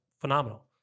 phenomenal